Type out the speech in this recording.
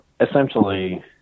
essentially